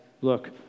look